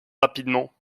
rapidement